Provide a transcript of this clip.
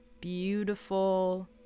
beautiful